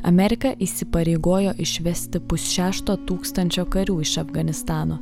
amerika įsipareigojo išvesti pusšešto tūkstančio karių iš afganistano